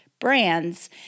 brands